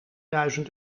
duizend